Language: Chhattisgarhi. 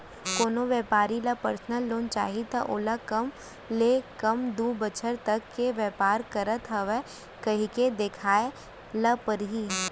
कोनो बेपारी ल परसनल लोन चाही त ओला कम ले कम दू बछर तक के बेपार करत हँव कहिके देखाए ल परही